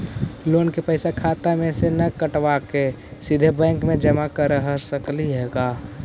Loan के पैसा खाता मे से न कटवा के सिधे बैंक में जमा कर सकली हे का?